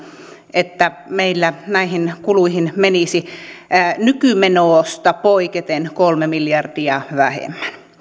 että meillä näihin kuluihin menisi nykymenosta poiketen kolme miljardia vähemmän